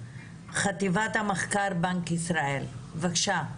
מחטיבת המחקר בבנק ישראל, בבקשה.